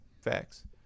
Facts